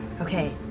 Okay